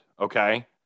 Okay